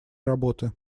работы